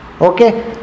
Okay